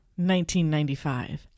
1995